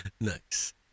Nice